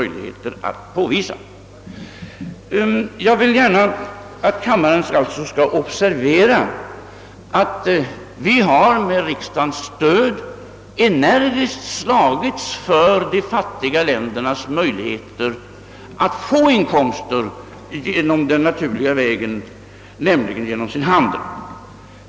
Jag vill alltså att kammarens ledamöter skall observera att vi med riksdagens stöd energiskt har slagits för de fattiga ländernas möjligheter att få inkomster den naturliga vägen, nämligen genom sin handel.